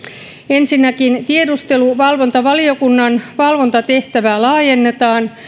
ensinnäkin tiedusteluvalvontavaliokunnan valvontatehtävää laajennetaan